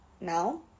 now